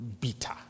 bitter